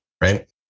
right